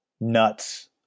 nuts